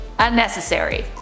Unnecessary